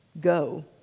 Go